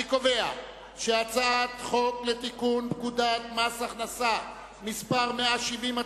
אני קובע שהצעת חוק לתיקון פקודת מס הכנסה (מס' 170),